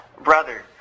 brother